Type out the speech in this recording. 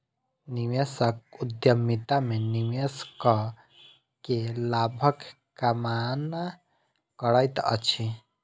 निवेशक उद्यमिता में निवेश कअ के लाभक कामना करैत अछि